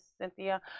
Cynthia